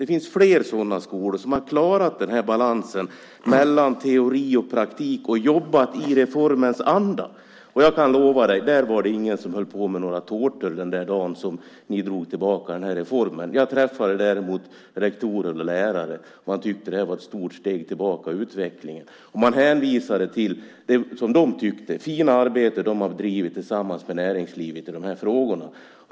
Det finns flera sådana skolor som har klarat balansen mellan teori och praktik och jobbat i reformens anda. Jag kan lova dig, att där var det ingen som höll på med några tårtor den dag som ni drog tillbaka reformen. Jag träffade däremot rektorer och lärare. De tyckte att det var ett stort steg tillbaka i utvecklingen, och de hänvisade till det, som de tyckte, fina arbete som de har bedrivit tillsammans med näringslivet i de här frågorna.